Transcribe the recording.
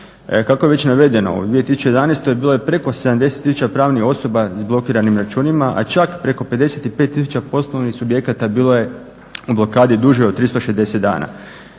kako je već navedeno u 2011.bilo je preko 70 tisuća pravnih osoba s blokiranim računima, a čak preko 55 tisuća poslovnih subjekata bilo je u blokadi duže od 360 dana.